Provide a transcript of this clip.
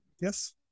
Yes